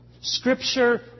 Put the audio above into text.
Scripture